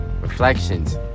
Reflections